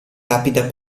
rapida